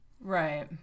Right